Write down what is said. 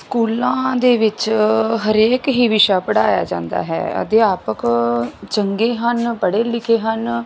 ਸਕੂਲਾਂ ਦੇ ਵਿੱਚ ਹਰੇਕ ਹੀ ਵਿਸ਼ਾ ਪੜ੍ਹਾਇਆ ਜਾਂਦਾ ਹੈ ਅਧਿਆਪਕ ਚੰਗੇ ਹਨ ਪੜ੍ਹੇ ਲਿਖੇ ਹਨ